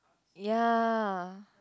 ya